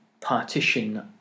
partition